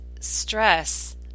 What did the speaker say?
stress